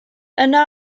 yno